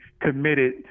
committed